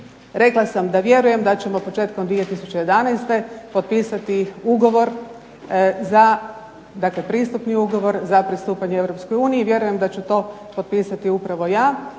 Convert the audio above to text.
Rekla sam da vjerujem da ćemo početkom 2011. potpisati ugovor za, dakle pristupni ugovor za pristupanje Europskoj uniji i vjerujem da ću to potpisati upravo ja.